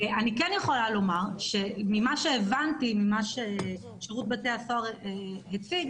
אני כן יכולה לומר שממה שהבנתי ממה ששירות בתי הסוהר הציג,